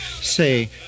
Say